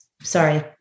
Sorry